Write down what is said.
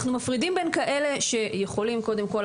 אנחנו מפרידים בין כאלה שיכולים קודם כל,